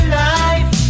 life